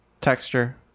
texture